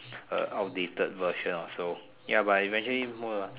a outdated version also ya but eventually more lah